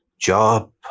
Job